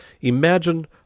IMAGINE